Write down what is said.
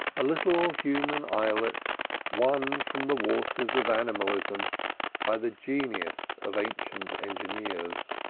a little human islet won from the waters of animalism by the genius of ancient engineers.